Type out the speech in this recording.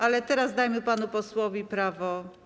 Ale teraz dajmy panu posłowi prawo.